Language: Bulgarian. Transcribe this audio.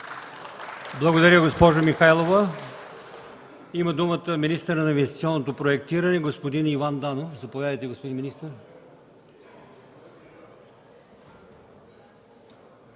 Благодаря, госпожо Михайлова. Има думата министърът на инвестиционното проектиране господин Иван Данов. Заповядайте, господин министър.